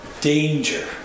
Danger